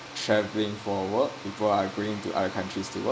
travelling for work people are going to other countries to work